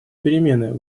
перемены